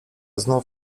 znów